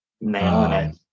man